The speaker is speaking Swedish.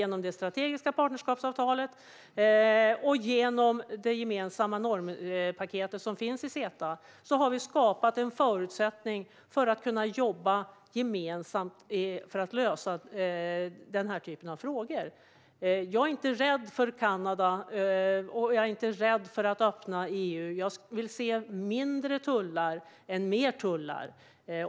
Genom det strategiska partnerskapsavtalet och det gemensamma normpaket som finns i CETA har vi skapat en förutsättning för att kunna jobba gemensamt för att lösa frågor som denna. Jag är inte rädd för Kanada eller för att öppna EU. Jag vill se färre tullar, inte fler.